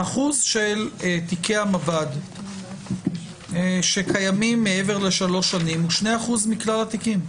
האחוז של תיקי המב"ד שקיימים מעבר לשלוש שנים הוא 2% מכלל התיקים.